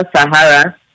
Sahara